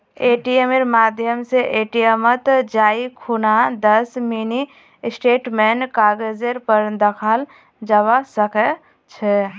एटीएमेर माध्यम स एटीएमत जाई खूना दस मिनी स्टेटमेंटेर कागजेर पर दखाल जाबा सके छे